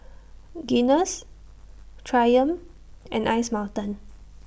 Guinness Triumph and Ice Mountain